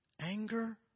anger